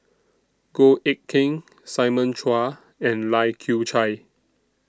Goh Eck Kheng Simon Chua and Lai Kew Chai